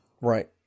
Right